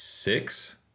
six